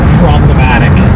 problematic